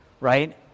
right